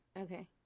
Okay